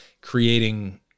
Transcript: creating